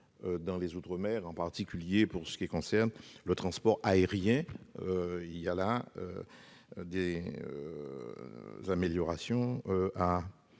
manière récurrente, en particulier pour ce qui concerne le transport aérien. Il y a là des améliorations à